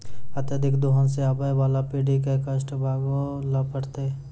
अत्यधिक दोहन सें आबय वाला पीढ़ी क कष्ट भोगै ल पड़तै